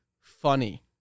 funny